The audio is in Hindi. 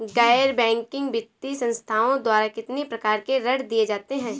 गैर बैंकिंग वित्तीय संस्थाओं द्वारा कितनी प्रकार के ऋण दिए जाते हैं?